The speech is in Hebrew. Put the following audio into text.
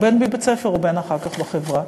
בין בבית-הספר ובין אחר כך בחברה.